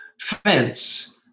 fence